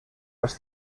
las